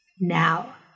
now